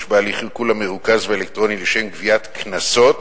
בהליך העיקול המרוכז והאלקטרוני לשם גביית קנסות